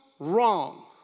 wrong